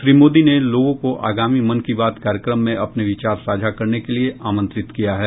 श्री मोदी ने लोगों को आगामी मन की बात कार्यक्रम में अपने विचार साझा करने के लिए आमंत्रित किया है